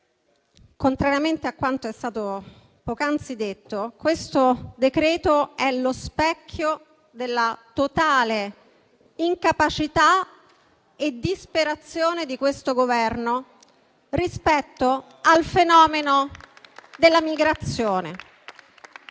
contrariamente a quanto è stato poc'anzi detto, questo decreto-legge è lo specchio della totale incapacità e disperazione del Governo rispetto al fenomeno della migrazione.